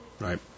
Right